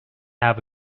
have